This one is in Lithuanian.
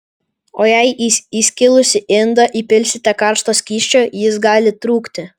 o jei į įskilusį indą įpilsite karšto skysčio jis gali trūkti